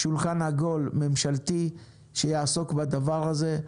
שולחן עגול ממשלתי שיעסוק בדבר הזה.